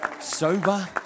sober